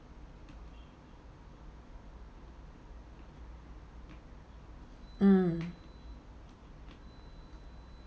mm